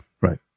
right